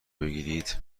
بگیرید